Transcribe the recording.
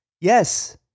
Yes